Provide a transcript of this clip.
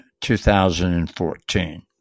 2014